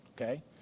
okay